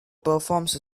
performs